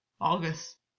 August